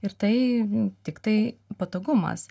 ir tai tiktai patogumas